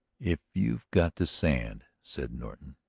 if you've got the sand, said norton,